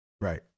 Right